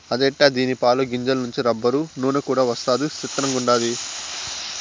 అదెట్టా దీని పాలు, గింజల నుంచి రబ్బరు, నూన కూడా వస్తదా సిత్రంగుండాది